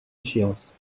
échéance